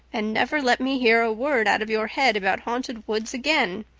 and never let me hear a word out of your head about haunted woods again.